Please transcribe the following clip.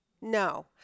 No